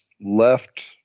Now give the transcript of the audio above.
left